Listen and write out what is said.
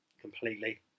Completely